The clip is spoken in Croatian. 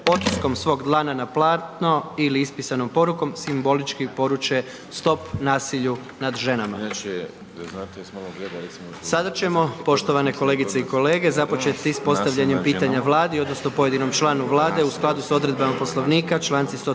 Sada ćemo poštovane kolegice i kolege započet i s postavljanjem pitanja Vladi odnosno pojedinom članu Vlade u skladu s odredbama Poslovnika, čl. 132.